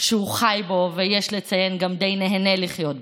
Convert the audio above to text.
שהוא חי בו, ויש לציין, גם די נהנה לחיות בו.